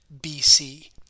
BC